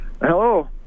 Hello